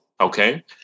okay